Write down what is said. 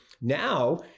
Now